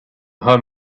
home